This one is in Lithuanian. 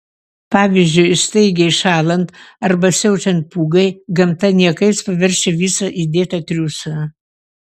pavyzdžiui staigiai šąlant arba siaučiant pūgai gamta niekais paverčia visą įdėtą triūsą